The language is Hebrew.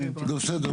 לא, בסדר.